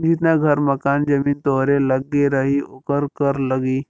जितना घर मकान जमीन तोहरे लग्गे रही ओकर कर लगी